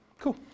cool